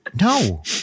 No